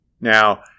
Now